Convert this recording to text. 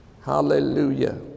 Hallelujah